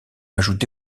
ajouté